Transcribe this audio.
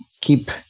keep